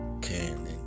cannon